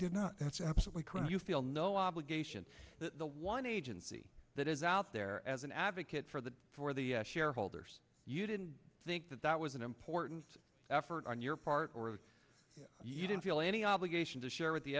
did not that's absolutely correct you feel no obligation one agency that is out there as an advocate for the for the shareholders you didn't think that that was an important effort on your part or you didn't feel any obligation to share with the